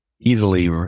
easily